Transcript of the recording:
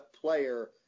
player